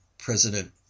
President